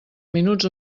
minuts